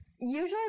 Usually